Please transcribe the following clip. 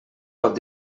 pot